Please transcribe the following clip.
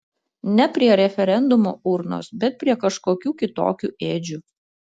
ne prie referendumo urnos bet prie kažkokių kitokių ėdžių